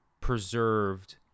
preserved